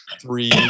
three